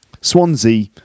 Swansea